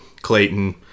Clayton